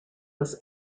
was